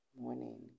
morning